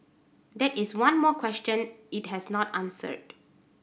that is one more question it has not answered